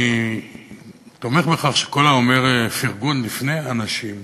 אני תומך בכך שכל האומר פרגון לפני אנשים,